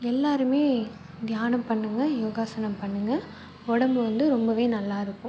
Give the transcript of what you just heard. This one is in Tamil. எல்லாருமே தியானம் பண்ணுங்க யோகாசனம் பண்ணுங்க உடம்பு வந்து ரொம்பவே நல்லா இருக்கும்